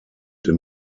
den